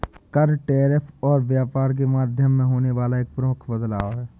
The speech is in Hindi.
कर, टैरिफ और व्यापार के माध्यम में होने वाला एक मुख्य बदलाव हे